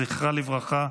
זכרה לברכה,